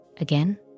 Again